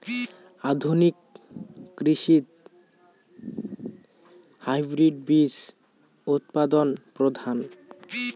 আধুনিক কৃষিত হাইব্রিড বীজ উৎপাদন প্রধান